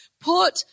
put